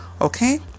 okay